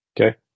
okay